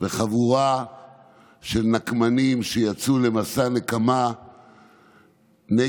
וחבורה של נקמנים שיצאו למסע נקמה נגד